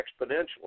exponentially